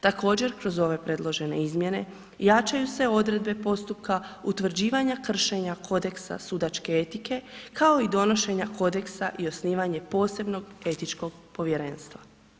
Također, kroz ove predložene izmjene jačaju se odredbe postupka utvrđivanja kršenja Kodeksa sudačke etike kao i donošenja Kodeksa i osnivanje posebnog Etičkog povjerenstva.